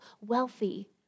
wealthy